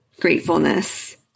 gratefulness